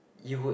you would